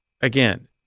again